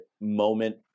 moment